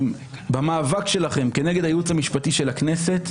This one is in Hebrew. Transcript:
במאבק שלכם כנגד הייעוץ המשפטי של הכנסת,